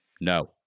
No